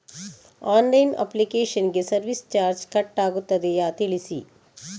Online application ಗೆ service charge cut ಆಗುತ್ತದೆಯಾ ತಿಳಿಸಿ?